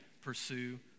pursue